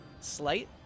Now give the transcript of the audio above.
slight